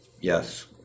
yes